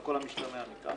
על כל המשתמע מכך.